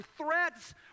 threats